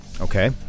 Okay